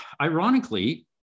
ironically